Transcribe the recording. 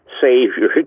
savior